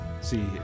see